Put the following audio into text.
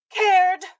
cared